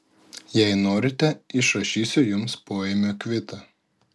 jei norite išrašysiu jums poėmio kvitą